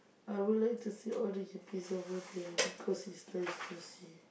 I would like to see all the earpiece over there because it's nice to see